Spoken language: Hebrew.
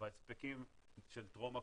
בהספק של טרום הקורונה.